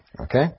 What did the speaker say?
Okay